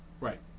Right